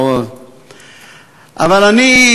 אבל אני,